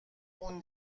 اون